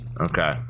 Okay